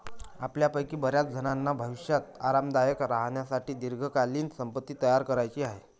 आपल्यापैकी बर्याचजणांना भविष्यात आरामदायक राहण्यासाठी दीर्घकालीन संपत्ती तयार करायची आहे